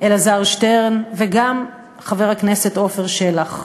אלעזר שטרן וגם חבר הכנסת עפר שלח.